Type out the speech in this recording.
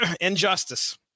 Injustice